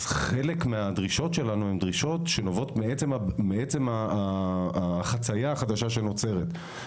אז חלק מהדרישות שלנו הן דרישות שנובעות מעצם החצייה החדשה שנוצרת.